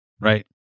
right